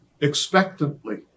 expectantly